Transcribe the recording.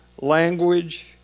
language